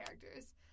characters